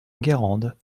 guérande